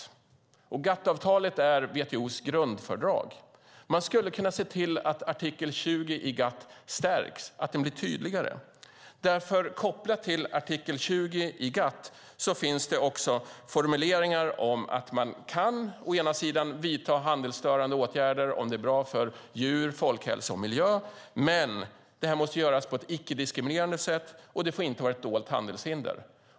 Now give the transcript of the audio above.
GATT-avtalet är WTO:s grundfördrag. Man skulle kunna se till att artikel 20 i GATT stärks och blir tydligare. Kopplat till artikel 20 i GATT finns det också formuleringar om att man kan vidta handelsstörande åtgärder om det är bra för djur, folkhälsa och miljö. Men det måste göras på ett icke-diskriminerande sätt, och det får inte vara ett dolt handelshinder.